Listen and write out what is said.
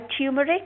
turmeric